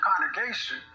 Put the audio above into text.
congregation